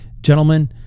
Gentlemen